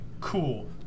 cool